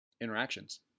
interactions